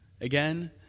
again